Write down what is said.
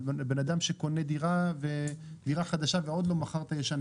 בן אדם שקונה דירה חדשה ועוד לא מכר את הישנה,